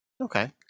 Okay